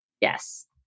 Yes